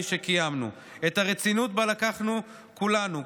שקיימנו ואת הרצינות שבה לקחנו כולנו,